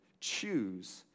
choose